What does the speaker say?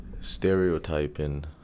stereotyping